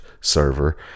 server